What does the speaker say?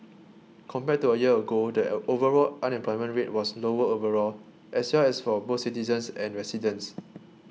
compared to a year ago that overall unemployment rate was lower overall as well as for both citizens and residents